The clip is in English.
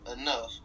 enough